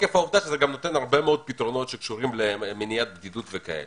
זה גם נותן הרבה מאוד פתרונות שקשורים למניעת בדידות וכו'.